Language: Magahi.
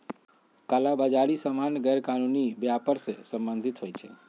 कला बजारि सामान्य गैरकानूनी व्यापर से सम्बंधित होइ छइ